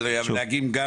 על נהגים?